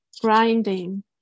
grinding